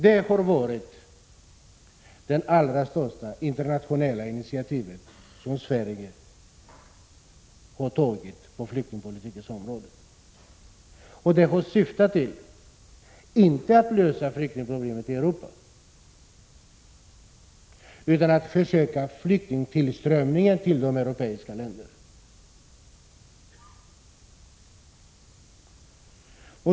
Det har varit det allra största initiativ som Sverige har tagit på flyktingpolitikens område. Det har inte syftat till att lösa flyktingproblemet i Europa utan till att stoppa flyktingtillströmningen till de europeiska länderna.